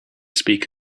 speak